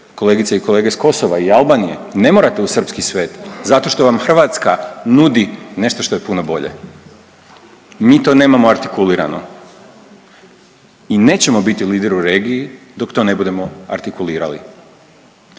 kolegice i kolege s Kosova i Albanije, ne morate u srpski svet zato što vam Hrvatska nudi nešto što je puno bolje, mi to nemamo artikulirano i nećemo biti lider u regiji dok to ne budemo artikulirali,